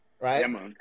Right